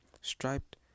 striped